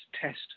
test